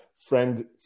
friend